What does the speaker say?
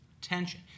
tension